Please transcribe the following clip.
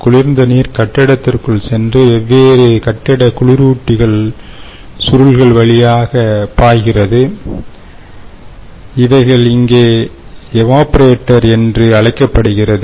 குளிர்ந்த நீர் கட்டிடத்திற்குள் சென்று வெவ்வேறு கட்டிட குளிரூட்டும் சுருள்களின் வழியாக பாய்கிறது இவைகள் இங்கே எவாப்பரேட்டர் என்று அழைக்கப்படுகிறது